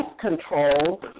control